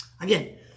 Again